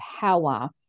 power